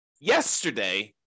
yesterday